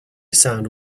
sound